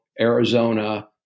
arizona